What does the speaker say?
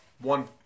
one